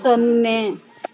ಸೊನ್ನೆ